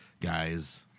guys